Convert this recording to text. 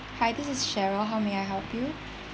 hi this is cheryl how may I help you